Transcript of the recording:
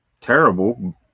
terrible